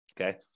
Okay